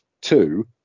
Two